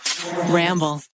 Ramble